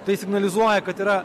tai signalizuoja kad yra